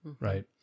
right